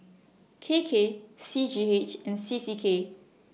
K K C G H and C C K